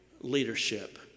leadership